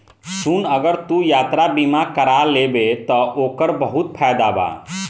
सुन अगर तू यात्रा बीमा कारा लेबे त ओकर बहुत फायदा बा